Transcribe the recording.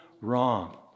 wrong